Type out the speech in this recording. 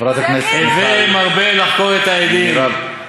"הווי מרבה לחקור את העדים" חברת הכנסת מרב,